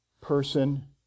person